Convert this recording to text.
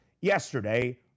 yesterday